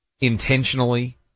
intentionally